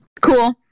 cool